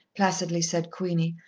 placidly said queenie.